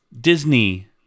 Disney